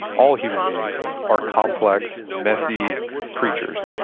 all human beings are complex, messy creatures.